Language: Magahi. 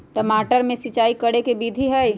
टमाटर में सिचाई करे के की विधि हई?